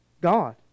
God